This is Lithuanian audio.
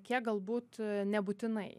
kiek galbūt nebūtinai